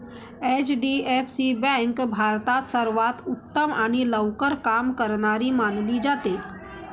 HDFC bank भारतात सर्वांत उत्तम आणि लवकर काम करणारी मानली जाते